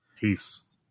Peace